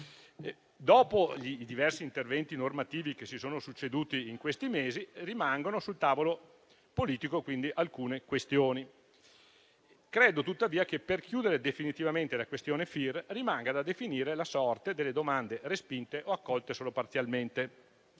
Dopo i diversi interventi normativi che si sono succeduti in questi mesi, rimangono sul tavolo politico alcune questioni. Credo tuttavia che, per chiudere definitivamente la questione FIR, rimanga da definire la sorte delle domande respinte o accolte solo parzialmente.